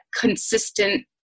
consistent